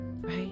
right